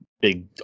big